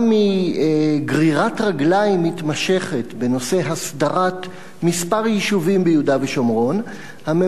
בשל גרירת רגליים מתמשכת בנושא הסדרת כמה יישובים ביהודה ושומרון,